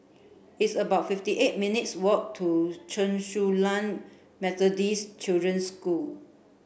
it's about fifty eight minutes' walk to Chen Su Lan Methodist Children's School